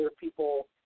people